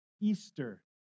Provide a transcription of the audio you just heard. Easter